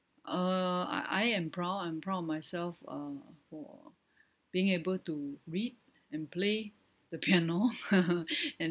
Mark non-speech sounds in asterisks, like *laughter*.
err I I am proud I'm proud of myself uh for being able to read and play the piano *laughs* and